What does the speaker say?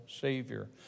Savior